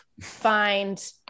find